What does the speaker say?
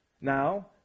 Now